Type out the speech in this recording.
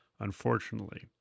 unfortunately